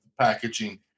packaging